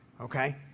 okay